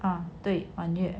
ah 对满月